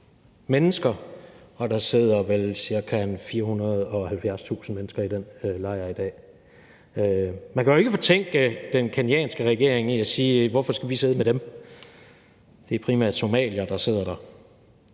mennesker, og der sidder vel ca. 470.000 mennesker i den lejr i dag. Man kan jo ikke fortænke den kenyanske regering i at sige: Hvorfor skal vi sidde med dem? Det er primært somaliere, der sidder der.